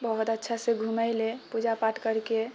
बहुत अच्छासँ घुमैले पूजा पाठ करिके